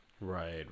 Right